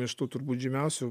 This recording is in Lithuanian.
iš tų turbūt žymiausių